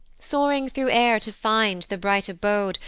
soaring through air to find the bright abode,